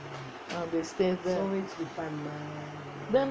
ah they stay there